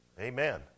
Amen